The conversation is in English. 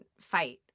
fight